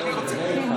זה פשוט,